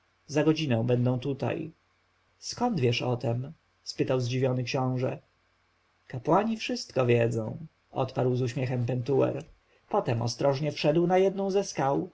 za godzinę będą tutaj skąd wiesz o tem spytał zdziwiony książę kapłani wszystko wiedzą odparł z uśmiechem pentuer potem ostrożnie wszedł na jedną ze